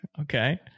Okay